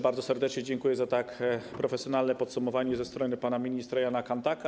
Bardzo serdecznie dziękuję za tak profesjonalne podsumowanie ze strony pana ministra Jana Kanthaka.